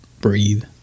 Breathe